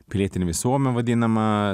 pilietinė visuomė vadinama